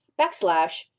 backslash